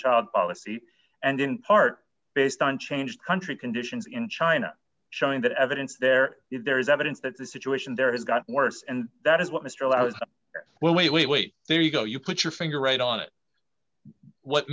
child policy and in part based on changed country conditions in china showing that evidence there is there is evidence that the situation there has got worse and that is what mr well wait wait wait there you go you put your finger right on it what